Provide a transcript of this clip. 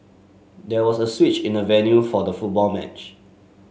there was a switch in the venue for the football match